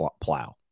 plow